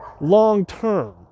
long-term